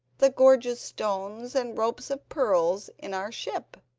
the gorgeous stones and ropes of pearls in our ship.